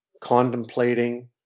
contemplating